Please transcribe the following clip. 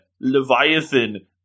Leviathan